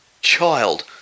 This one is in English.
child